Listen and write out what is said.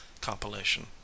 compilation